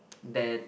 that